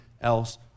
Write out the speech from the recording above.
else